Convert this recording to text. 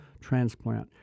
transplant